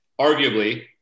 arguably